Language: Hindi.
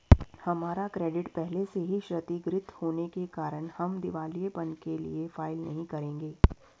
हमारा क्रेडिट पहले से ही क्षतिगृत होने के कारण हम दिवालियेपन के लिए फाइल नहीं करेंगे